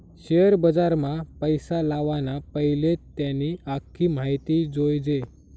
share बजारमा पैसा लावाना पैले त्यानी आख्खी माहिती जोयजे